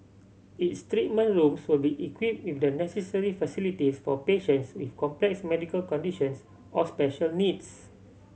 its treatment rooms will be equipped with the necessary facilities for patients with complex medical conditions or special needs